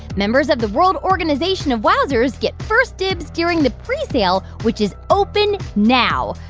members of the world organization of wowzers get first dibs during the presale, which is open now.